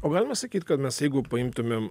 o galima sakyt kad mes jeigu paimtumėm